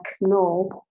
no